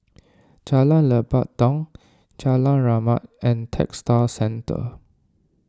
Jalan Lebat Daun Jalan Rahmat and Textile Centre